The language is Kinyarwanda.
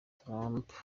trump